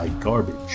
garbage